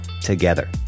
together